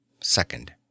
second